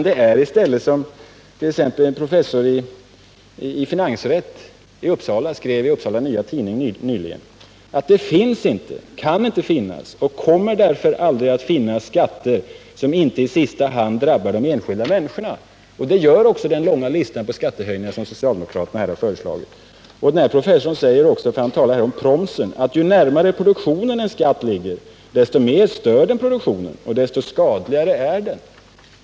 Det är i stället som en professor i finansrätt i Uppsala nyligen skrev i Upsala Nya Tidning: ”Det finns inte, kan inte finnas och kommer därför aldrig att finnas skatter som inte i sista hand drabbar de enskilda människorna.” Och det gör också den långa lista på skattehöjningar som socialdemokraterna här föreslagit. Denna professor talar också om promsen och säger att ”ju närmare produktionen en skatt ligger, desto mer stör den produktionen och desto skadligare är den”.